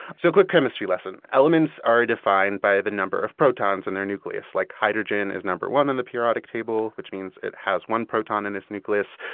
so a quick chemistry lesson elements are defined by the number of protons in their nucleus, like hydrogen is number one in the periodic table, which means it has one proton in its nucleus.